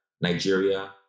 Nigeria